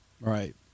Right